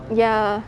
ya